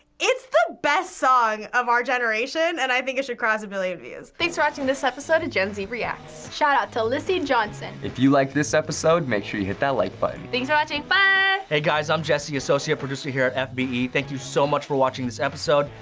it's the best song of our generation, and i think it should cross a billion views. thanks for watching this episode of gen-z reacts. shout out to lissy johnson. if you liked this episode, make sure you hit that like button. thanks for watching, bye! hey guys, i'm jesse, associate producer here at fbe. thank you so much for watching this episode.